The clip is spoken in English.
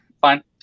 fine